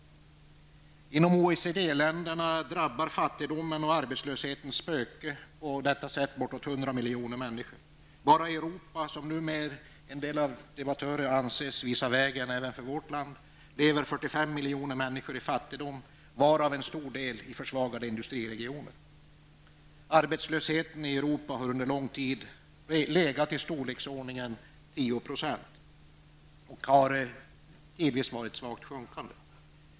Inom OECD-länderna drabbar fattigdomens och arbetslöshetens spöke på detta sätt bortåt hundra miljoner människor. Bara i Europa, som numer av en del debattörer anses visa vägen även för Sverige, lever 45 miljoner människor i fattigdom, varav en stor del i försvagade industriregioner. Arbetslösheten i Europa har under lång tid legat vid 10 % och tidvis varit svagt sjunkande.